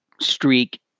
streak